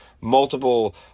Multiple